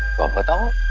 ah but